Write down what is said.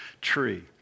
tree